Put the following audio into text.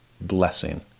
blessing